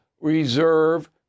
reserve